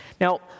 Now